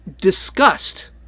disgust